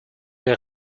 der